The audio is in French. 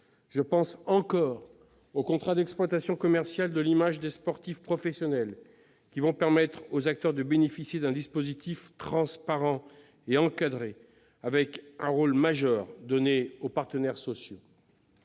Je pense, enfin, aux contrats d'exploitation commerciale de l'image des sportifs professionnels, qui vont permettre aux acteurs de bénéficier d'un dispositif transparent et encadré, tout en donnant un rôle majeur aux partenaires sociaux.